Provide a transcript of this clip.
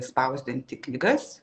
spausdinti knygas